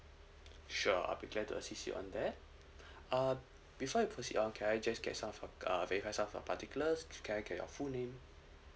sure I'll be try to assist you on that uh before I proceed on can I just get some of uh may I have some of your particulars can I get your full name